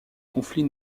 conflit